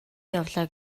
явлаа